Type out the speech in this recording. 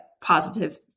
positive